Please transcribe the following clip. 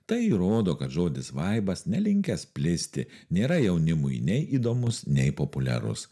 tai įrodo kad žodis vaibas nelinkęs plisti nėra jaunimui nei įdomus nei populiarus